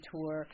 Tour